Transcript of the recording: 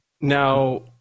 now